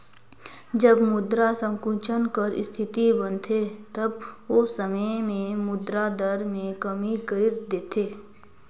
जब मुद्रा संकुचन कर इस्थिति बनथे तब ओ समे में मुद्रा दर में कमी कइर देथे